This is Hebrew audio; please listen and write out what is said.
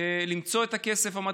למצוא את הכסף המתאים,